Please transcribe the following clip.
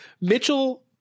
Mitchell